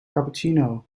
cappuccino